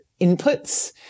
inputs